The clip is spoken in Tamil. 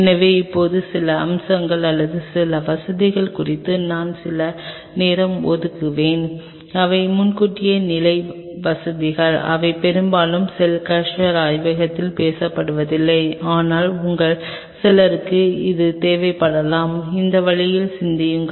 எனவே இப்போது சில அம்சங்கள் அல்லது சில வசதிகள் குறித்து நான் சிறிது நேரம் ஒதுக்குவேன் அவை முன்கூட்டியே நிலை வசதிகள் அவை பெரும்பாலும் செல் கல்ச்சர் ஆய்வகத்தில் பேசப்படுவதில்லை ஆனால் உங்களில் சிலருக்கு இது தேவைப்படலாம் அந்த வழியிலும் சிந்தியுங்கள்